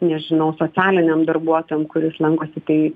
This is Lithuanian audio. nežinau socialiniam darbuotojom kuris lankosi tai